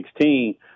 2016